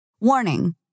Warning